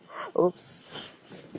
!oops!